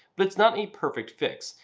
but it's not a perfect fix.